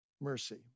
mercy